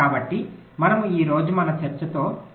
కాబట్టి మనము ఈ రోజు మన చర్చతో కొనసాగుదాము